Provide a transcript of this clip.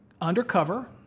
undercover